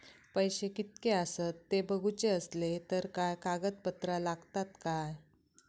पैशे कीतके आसत ते बघुचे असले तर काय कागद पत्रा लागतात काय?